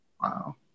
Wow